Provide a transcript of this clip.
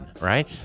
right